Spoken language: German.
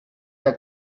der